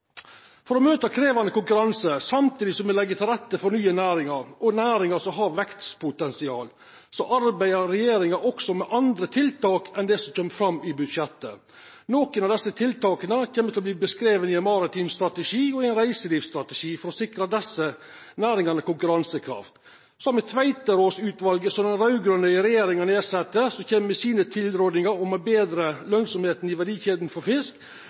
For å møta krevjande konkurranse samtidig som me legg til rette for nye næringar og næringar som har vekstpotensial, arbeider regjeringa også med andre tiltak enn det som kjem fram i budsjettet. Nokre av desse tiltaka kjem ein til å beskriva i ein maritim strategi og i ein reiselivsstrategi, for å sikra desse næringane konkurransekraft. Så har me Tveterås-utvalet, som den raud-grøne regjeringa nedsette. Dei kjem med sine tilrådingar om å betra lønsemda i verdikjeda for fisk.